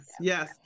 yes